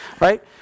right